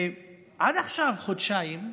ועד עכשיו, חודשיים,